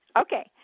okay